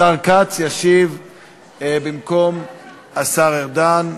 השר כץ ישיב במקום השר ארדן,